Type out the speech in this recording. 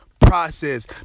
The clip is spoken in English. process